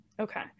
Okay